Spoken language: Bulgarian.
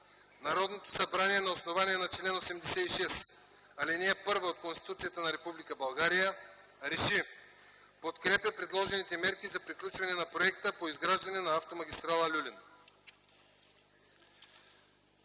Народното събрание на основание чл. 86, ал. 1 от Конституцията на Република България Р Е Ш И: Подкрепя предложените мерки за приключване на Проекта по изграждане на Автомагистрала „Люлин”.”